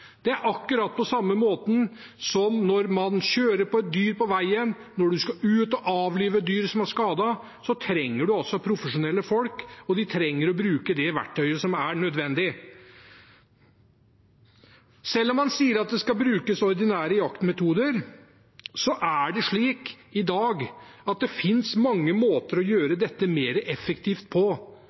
Det er akkurat på samme måte som når man kjører på et dyr på veien, når man skal ut og avlive dyr som er skadet. Da trenger man profesjonelle folk, og de trenger å bruke det verktøyet som er nødvendig. Selv om man sier at det skal brukes ordinære jaktmetoder, er det slik i dag at det finnes mange måter å gjøre dette mer effektivt på,